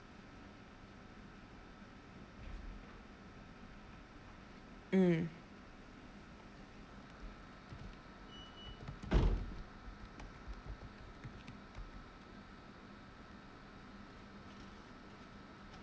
mm